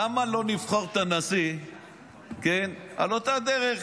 למה לא נבחר את הנשיא על אותה דרך?